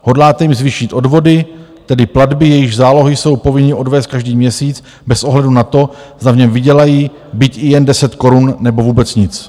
Hodláte jim zvýšit odvody, tedy platby, jejichž zálohy jsou povinni odvést každý měsíc bez ohledu na to, zda v něm vydělají byť i jen 10 korun, nebo vůbec nic.